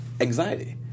anxiety